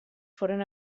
foren